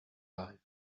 life